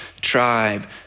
tribe